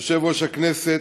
אדוני השר, יושב-ראש הכנסת,